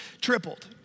tripled